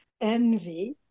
envy